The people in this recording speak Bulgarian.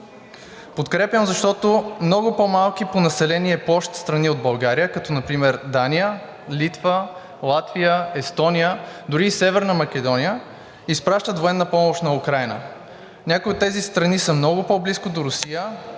Подкрепям, защото много по-малки по население и площ страни от България, като например Дания, Литва, Латвия, Естония, дори и Северна Македония, изпращат военна помощ на Украйна. Някои от тези страни са много по-близко до Русия